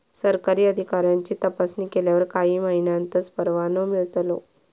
सरकारी अधिकाऱ्यांची तपासणी केल्यावर काही महिन्यांतच परवानो मिळतलो